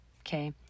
Okay